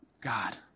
God